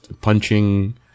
punching